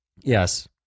Yes